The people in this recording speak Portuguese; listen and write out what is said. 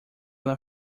ela